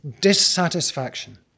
dissatisfaction